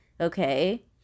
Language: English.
okay